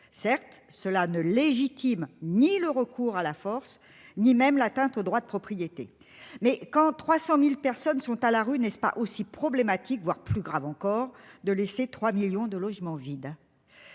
certes cela ne légitime ni le recours à la force ni même l'atteinte au droit de propriété mais quand 300.000 personnes sont à la rue n'est-ce pas aussi problématique, voire plus grave encore de laisser 3 millions de logements vides.